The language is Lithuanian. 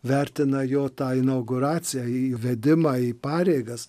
vertina jo tą inauguraciją įvedimą į pareigas